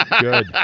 Good